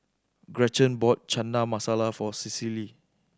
Gretchen bought Chana Masala for Cecily